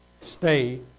Stay